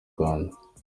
rwanda